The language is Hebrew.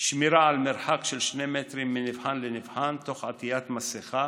שמירה על מרחק של שני מטרים מנבחן לנבחן תוך עטיית מסכה,